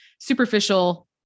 superficial